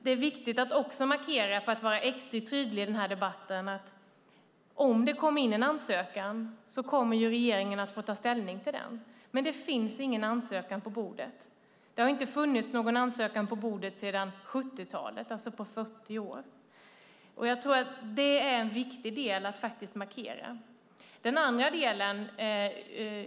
Det är viktigt att markera, för att vara extra tydlig i den här debatten, att om det kommer in en ansökan kommer regeringen att få ta ställning till den. Men det finns ingen ansökan på bordet. Det har inte funnits någon ansökan på bordet sedan 70-talet, alltså på 40 år. Jag tror att det är en viktig sak att markera.